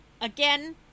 Again